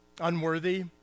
unworthy